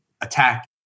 attack